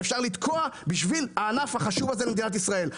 אפשר לתקוע בשביל הענף החשוב הזה למדינת ישראל.